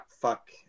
fuck